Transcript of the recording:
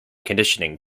conditioning